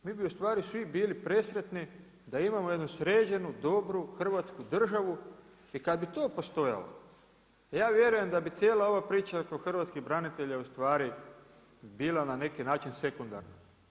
Mi bi ustvari svi bili presretni da imamo jednu sređenu, dobru Hrvatsku državu i kad bi to postojalo ja vjerujem da bi cijela ova priča oko hrvatskih branitelja ustvari bila na neki način sekundarna.